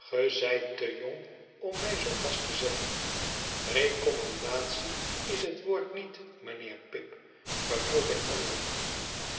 ge zijt te jong ora mij zoo vast te zetten recommandatie is het woord niet mynheer pip beproef een ander